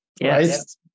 Yes